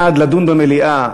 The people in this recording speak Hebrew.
בעד לדון במליאה,